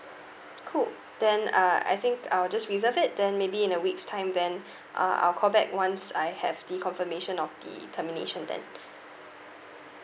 cool then uh I think I'll just reserve it then maybe in a week's time then uh I'll call back once I have the confirmation of the termination then